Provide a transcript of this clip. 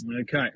Okay